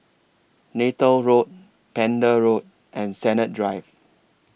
Neythal Road Pender Road and Sennett Drive